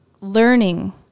learning